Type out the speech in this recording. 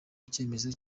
icyemezo